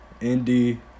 Indy